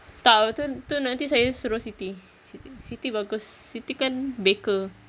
tak itu itu nanti saya suruh siti siti siti bagus siti kan baker